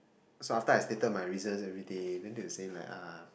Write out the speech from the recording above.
so after I stated my reasons everything then they will say like uh